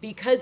because